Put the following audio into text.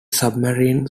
submarine